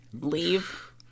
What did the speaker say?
Leave